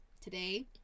today